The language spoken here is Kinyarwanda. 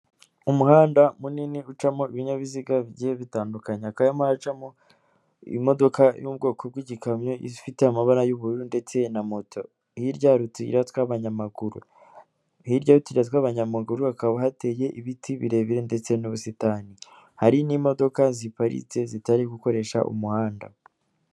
Umuhanda munini ucamo ibinyabiziga bigiye bitandukanye, hakaba harimo hakamacamo imodoka y'ubwoko bw'igikamyo ifite amabara y'ubururu ndetse na moto. Hirya hari utuyira tw'abanyamaguru, hirya y'utuyira tw'abanyamaguru hakaba hateye ibiti birebire ndetse n'ubusitani, hari n'imodoka ziparitse zitari gukoresha umuhanda.